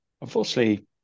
unfortunately